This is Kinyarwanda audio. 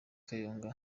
kayonga